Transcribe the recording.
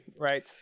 Right